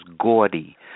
gaudy